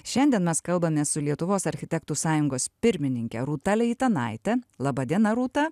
šiandien mes kalbame su lietuvos architektų sąjungos pirmininke rūta leitenaite laba diena rūta